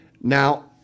Now